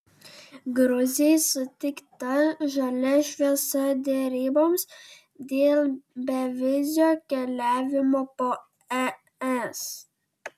gruzijai suteikta žalia šviesa deryboms dėl bevizio keliavimo po es